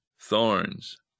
thorns